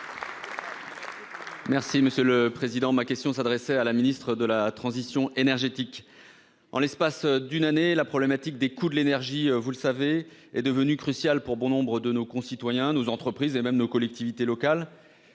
Merci monsieur le président, ma question s'adressait à la ministre de la transition énergétique. En l'espace d'une année la problématique des coûts de l'énergie, vous le savez est devenue cruciale pour bon nombre de nos concitoyens et nos entreprises et même nos collectivités locales.